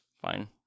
Fine